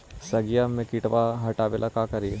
सगिया से किटवा हाटाबेला का कारिये?